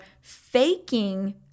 faking